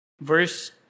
verse